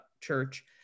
church